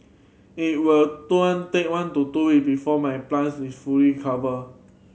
it will took take one to two week before my plants will fully recover